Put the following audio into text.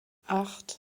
acht